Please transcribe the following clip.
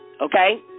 okay